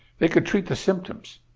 they could treat the symptoms,